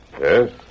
Yes